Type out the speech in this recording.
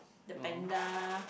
the panda